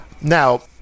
Now